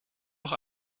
auch